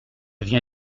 viens